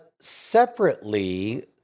Separately